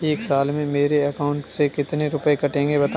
एक साल में मेरे अकाउंट से कितने रुपये कटेंगे बताएँ?